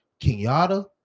Kenyatta